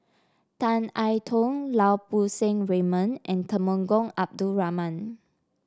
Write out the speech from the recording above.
Tan I Tong Lau Poo Seng Raymond and Temenggong Abdul Rahman